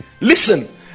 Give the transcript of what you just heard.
Listen